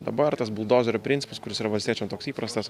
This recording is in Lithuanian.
dabar tas buldozerio principas kuris yra valstiečiam toks įprastas